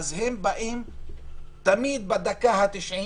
היא באה תמיד בדקה התשעים,